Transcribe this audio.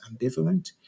ambivalent